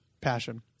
Passion